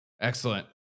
excellent